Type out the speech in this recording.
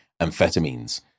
amphetamines